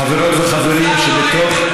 חברות וחברים, ובתוך,